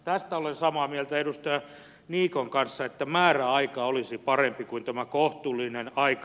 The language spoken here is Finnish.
tästä olen samaa mieltä edustaja niikon kanssa että määräaika olisi parempi kuin tämä kohtuullinen aika